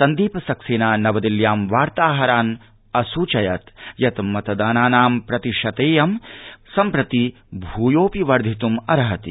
सन्दीप सक्सेना नवदिल्ल्यां वार्ताहरान् व्याहरत् यत् मतदानानां प्रतिशततेयं सम्प्रति भूयोऽपि वर्धित्महंति